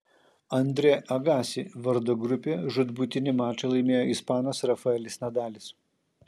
andre agassi vardo grupėje žūtbūtinį mačą laimėjo ispanas rafaelis nadalis